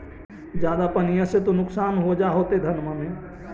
ज्यादा पनिया से तो नुक्सान हो जा होतो धनमा में?